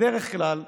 בדרך כלל,